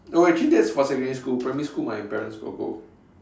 oh wait actually that's for secondary school primary school my parents got go